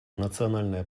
национальная